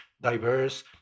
diverse